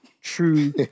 True